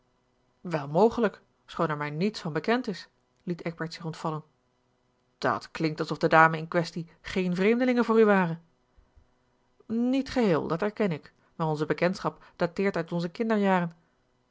wel mogelijk schoon er mij niets van bekend is liet eckbert zich ontvallen dat klinkt alsof de dame in kwestie geene vreemdelinge voor u ware niet geheel dat erken ik maar onze bekendschap dateert uit onze kinderjaren